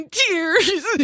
tears